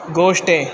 गोष्ठे